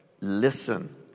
listen